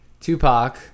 Tupac